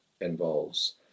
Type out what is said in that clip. involves